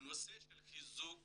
בנושא החיזוק